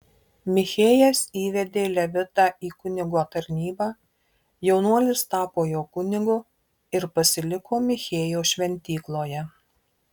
michėjas įvedė levitą į kunigo tarnybą jaunuolis tapo jo kunigu ir pasiliko michėjo šventykloje